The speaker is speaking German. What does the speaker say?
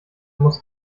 muss